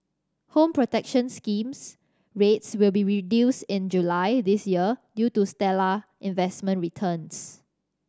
Home Protection Scheme rates will be reduced in July this year due to stellar investment returns